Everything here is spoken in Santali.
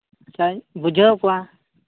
ᱟᱪᱪᱷᱟᱧ ᱵᱩᱡᱷᱟᱹᱣ ᱠᱚᱣᱟ